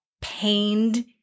pained